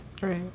Right